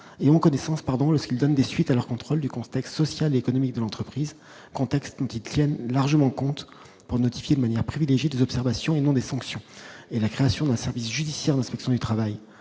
et aux connaissances pardon lorsqu'il donne des suites à leur contrôle du contexte social et économique de l'entreprise, contexte qui tiennent largement compte pour notifier de manière privilégiée d'observations et non des sanctions et la création d'un service judiciaire d'inspection du travail,